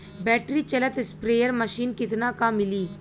Battery चलत sprayer machine कितना क मिली?